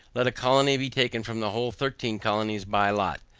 let a colony be taken from the whole thirteen colonies by lot,